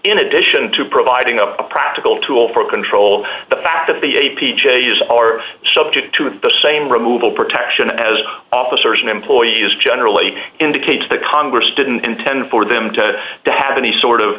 in addition to providing a practical tool for control the fact that the a p j is are subject to the same removal protection as officers and employees generally indicates that congress didn't intend for them to tap any sort of